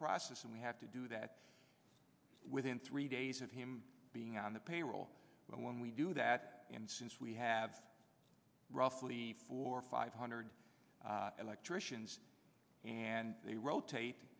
process and we have to do that within three days of him being on the payroll but when we do that and since we have roughly four or five hundred electricians and they